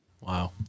Wow